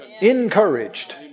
encouraged